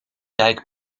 tijd